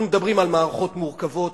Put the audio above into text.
אנחנו מדברים על מערכות מורכבות,